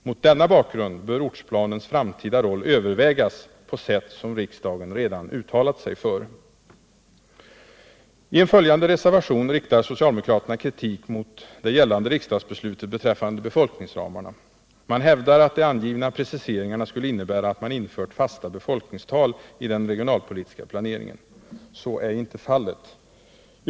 Mot denna bakgrund bör ortsplanens framtida roll övervägas på sätt som riksdagen redan uttalat sig för. I en följande reservation riktar socialdemokraterna kritik mot det gällande riksdagsbeslutet beträffande befolkningsramarna. Man hävdar att de angivna preciseringarna skulle innebära att man infört fasta befolkningstal i den regionalpolitiska planeringen. Så är inte fallet.